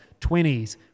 20s